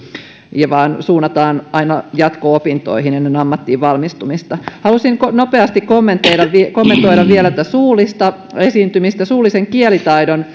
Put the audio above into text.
vaan suunnataan aina jatko opintoihin ennen ammattiin valmistumista halusin nopeasti kommentoida kommentoida vielä tätä suullista esiintymistä suullisen kielitaidon